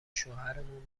شوهرمون